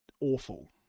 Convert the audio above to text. awful